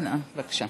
בבקשה.